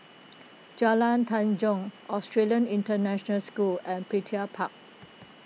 Jalan Tanjong Australian International School and Petir Park